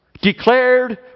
declared